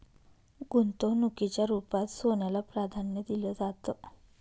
गुंतवणुकीच्या रुपात सोन्याला प्राधान्य दिलं जातं